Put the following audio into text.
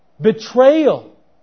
betrayal